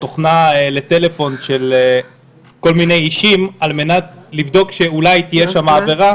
תוכנה לטלפון של כל מיני אישים על מנת לבדוק שאולי תהיה שם עבירה.